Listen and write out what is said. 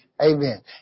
Amen